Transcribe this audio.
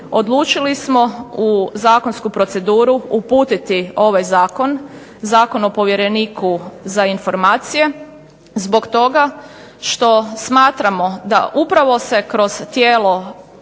odlučili smo u zakonsku proceduru uputiti ovaj zakon, Zakon o povjereniku za informacije zbog toga što smatramo da upravo se kroz tijelo